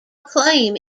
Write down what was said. acclaim